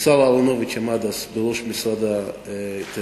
השר אהרונוביץ עמד אז בראש משרד התיירות